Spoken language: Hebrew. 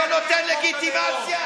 זה נותן לגיטימציה?